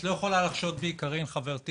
את לא יכולה לחשוד בי קארין חברתי,